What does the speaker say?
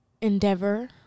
endeavor